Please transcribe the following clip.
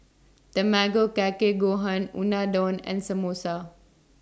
Tamago Kake Gohan Unadon and Samosa